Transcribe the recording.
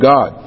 God